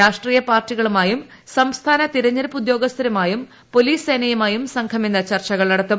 രാഷ്ട്രീയ പാർട്ടികളുമായും സംസ്ഥാന തീർഖ്ഞ്തടുപ്പ് ഉദ്യോഗസ്ഥരുമായും പോലീസ് സേനയുമായും സംഘ്ം ഇന്ന് ചർച്ചകൾ നടത്തും